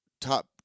top